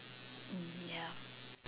mm ya